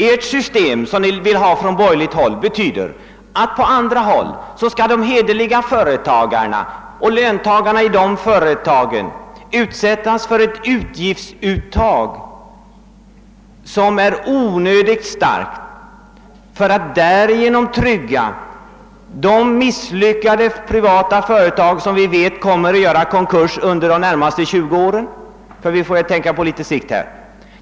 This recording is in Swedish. Det system som ni vill ha från borgerligt håll betyder att de hederliga företagarna och löntagarna i deras företag utsätts för onödigt stora avgiftsuttag för att trygga löntagarna hos de misslyckade privatföretag som vi vet kommer att göra konkurs under de närmaste 20 åren — ty vi får väl tänka på litet sikt.